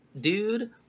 dude